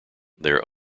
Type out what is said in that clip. their